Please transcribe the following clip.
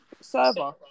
server